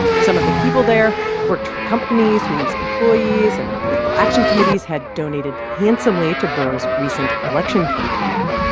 some of the people there worked for companies whose employees and political action committees had donated handsomely to burr's recent election campaign.